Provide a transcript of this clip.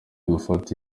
gufata